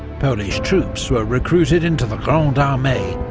polish troops were recruited into the grande armee,